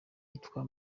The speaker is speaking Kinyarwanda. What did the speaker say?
yitwa